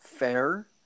Fair